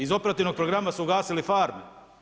Iz operativnog programa su ugasili farme.